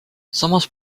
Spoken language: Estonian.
samas